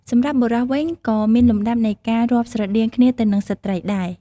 សម្រាប់ បុរស វិញក៏មានលំដាប់នៃការរាប់ស្រដៀងគ្នាទៅនឹងស្ត្រីដែរ។